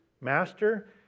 Master